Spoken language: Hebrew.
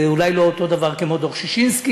זה אולי לא אותו דבר כמו דוח ששינסקי,